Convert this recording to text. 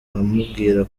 nkamubwira